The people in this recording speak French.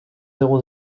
zéro